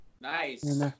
Nice